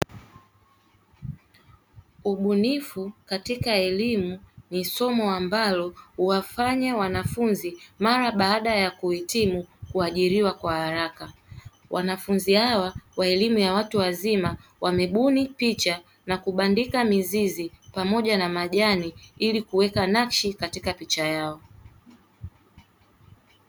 Ubunifu katika elime ni somo ambalo huwafanya wanafunzi mara baa ya kuhitimu kuajiriwa kwa haraka, wanafunzi hawa wa elimu ya watu wazima wamebuni picha na kubandika mizizi pamoja na majani, ili kuweka nakshi katika picha yao.